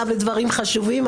גם בדברים חשובים.